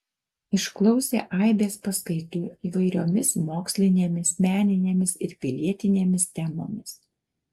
išklausė aibės paskaitų įvairiomis mokslinėmis meninėmis ir pilietinėmis temomis